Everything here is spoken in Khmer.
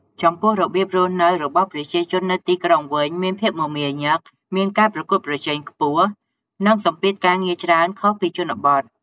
ចំពោះរបៀបរស់នៅរបស់ប្រជាជននៅទីក្រុងវិញមានភាពមមាញឹក មានការប្រកួតប្រជែងខ្ពស់ និងសម្ពាធការងារច្រើនខុសពីជនបទ។